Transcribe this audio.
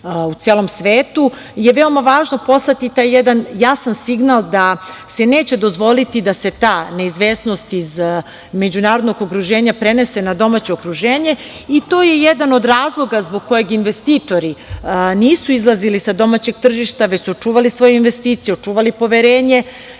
u celom svetu veoma važno poslati taj jedan jasan signal da se neće dozvoliti da se ta neizvesnost iz međunarodnog okruženja prenese na domaće okruženje. To je jedan od razloga zbog kog investitori nisu izlazili sa domaćeg tržišta, već su očuvali svoju investiciju, očuvali poverenje